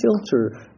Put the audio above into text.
filter